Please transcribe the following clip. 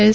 S